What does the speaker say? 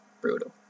brutal